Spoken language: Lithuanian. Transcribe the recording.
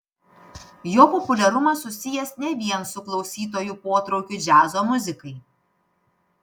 jo populiarumas susijęs ne vien su klausytojų potraukiu džiazo muzikai